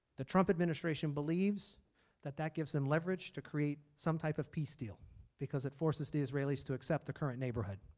the trump administration believes that that gives them leverage to create some type of peace deal because it forces the israelis to accept the current neighborhood.